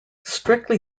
strictly